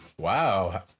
Wow